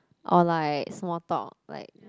or like small talk like